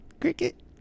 Cricket